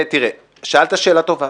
תראה, שאלת שאלה טובה: